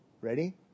ready